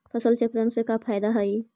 फसल चक्रण से का फ़ायदा हई?